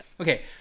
Okay